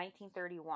1931